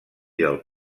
del